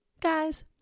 guys